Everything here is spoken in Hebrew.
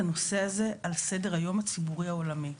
הנושא הזה על סדר-היום הציבורי העולמי.